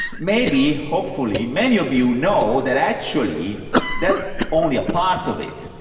maybe, hopefully, many of you know that actually that's only a part of it.